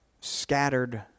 scattered